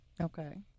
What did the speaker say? Okay